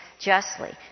justly